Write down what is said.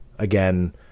again